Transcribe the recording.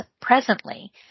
presently